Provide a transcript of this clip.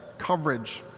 coverage,